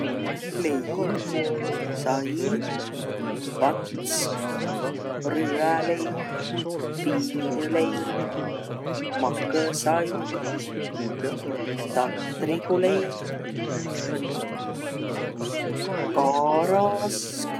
Leib, sai, vatsk, rüäleib, piinü leib, makõ sai, tatriguleib, karask.